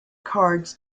cards